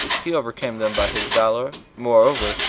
he overcame them by his valor, moreover,